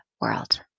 world